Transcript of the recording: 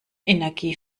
energie